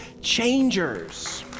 changers